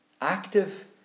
Active